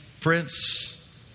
Prince